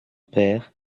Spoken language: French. père